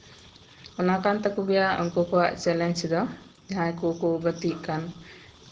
ᱚᱱᱟ ᱠᱟᱱ ᱛᱟᱠᱚ ᱜᱮᱭᱟ ᱩᱱᱠᱩ ᱠᱚᱣᱟᱜ ᱪᱮᱞᱮᱧᱡ ᱫᱚ ᱡᱟᱦᱟᱸᱭ ᱠᱚᱠᱚ ᱜᱟᱛᱮᱜ ᱠᱟᱱ